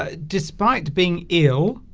ah despite being ill